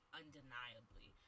undeniably